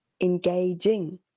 engaging